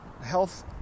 health